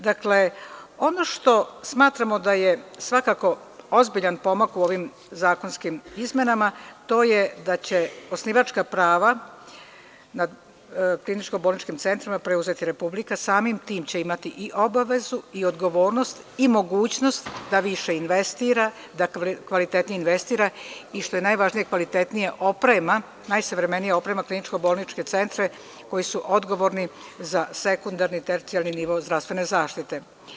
Dakle, ono što smatramo da je ozbiljan pomak u ovim zakonskim izmenama, to je da će osnivačka prava nad kliničko bolničkim centrima preuzeti Republika, a samim tim će imati i obavezu i odgovornost i mogućnost da više investira, da kvalitetnije investira i što je najbitnije, kvalitetnija oprema, a najsavremenije oprema kliničko bolničke centre koji su odgovorni za sekundarni i tercijalni nivo zdravstvene zaštite.